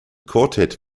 quartet